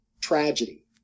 tragedy